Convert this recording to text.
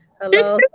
Hello